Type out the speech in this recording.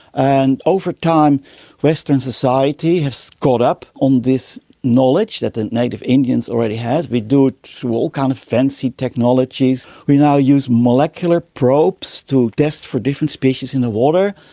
and over time western society has caught up on this knowledge that the native indians already had, we do it through all kind of fancy technologies, we now use molecular probes to test for different species in the water.